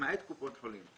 למעט קופות חולים".